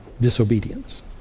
disobedience